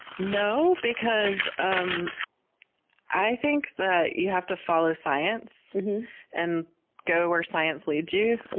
no, because um i think that you have to follow science and go where science leads you.